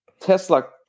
Tesla